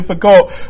difficult